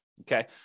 Okay